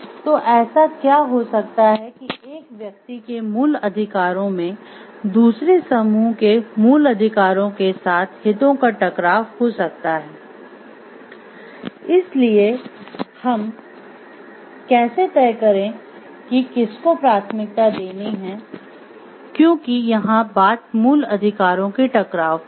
तो ऐसा क्या हो सकता है कि एक व्यक्ति के मूल अधिकारों में दूसरे समूह के मूल अधिकारों के साथ हितों का टकराव हो सकता है इसलिए हम कैसे तय करें कि किसको प्राथमिकता देनी है क्योंकि यहाँ बात मूल अधिकारों के टकराव की है